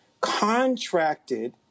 contracted